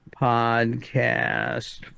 podcast